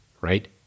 right